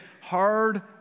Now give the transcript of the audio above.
hard